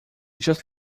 just